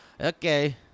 Okay